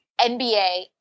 NBA